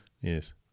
yes